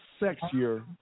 sexier